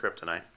Kryptonite